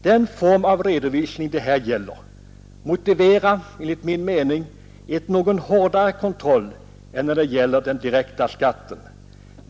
Den form av redovisning det här gäller motiverar enligt min mening en något hårdare kontroll än när det gäller den direkta skatten.